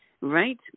Right